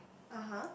(uh huh)